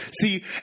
see